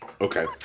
Okay